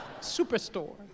superstore